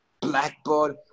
Blackboard